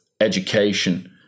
education